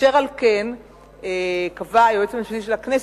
אשר על כן קבע היועץ המשפטי של הכנסת,